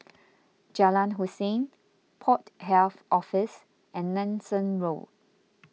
Jalan Hussein Port Health Office and Nanson Road